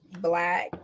black